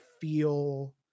feel